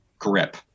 grip